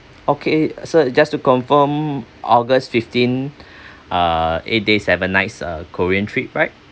okay sir just to confirm august fifteen uh eight days seven nights uh korean trip right